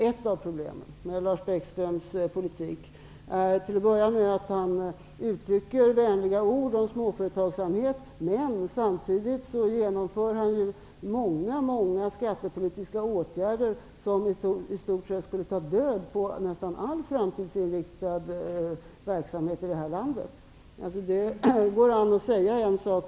Ett av problemen med Lars Bäckströms politik är till att börja med att han uttrycker vänliga ord om småföretagsamhet, men samtidigt föreslår han många skattepolitiska åtgärder som i stort sett skulle ta död på nästan all framtidsinriktad verksamhet i det här landet. Det går an att säga en sak.